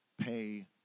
pay